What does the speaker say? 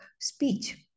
speech